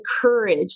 courage